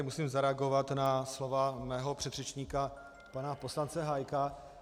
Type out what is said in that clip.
Musím tady zareagovat na slova svého předřečníka pana poslance Hájka.